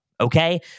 okay